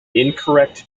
incorrect